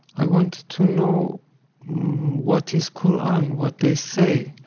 i wanted to know what is quran, what they say.